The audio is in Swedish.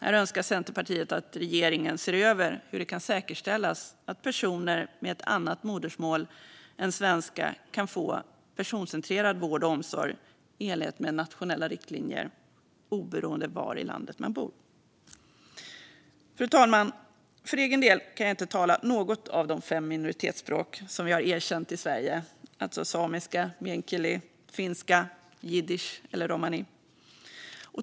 Här önskar Centerpartiet att regeringen ser över hur det kan säkerställas att personer med ett annat modersmål än svenska kan få personcentrerad vård och omsorg i enlighet med de nationella riktlinjerna oberoende av var i landet de bor. Fru talman! För egen del kan jag inte tala något av de fem minoritetsspråk som vi har erkänt i Sverige, alltså samiska, meänkieli, finska, jiddisch och romani.